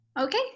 Okay